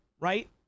right